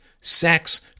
sex